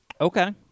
okay